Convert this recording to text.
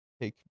take